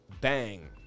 bang